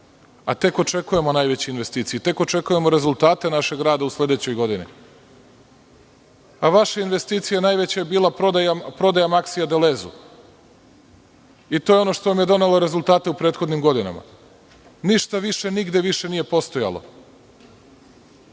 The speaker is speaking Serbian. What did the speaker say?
a tek očekujemo najveće investicije i tek očekujemo rezultate našeg rada u sledećoj godini. Vaša najveća investicija je bila prodaja „Maksija“ Dolezu i to je ono što nam je donelo rezultate u prethodnim godinama. Ništa više, nigde više nije postojalo.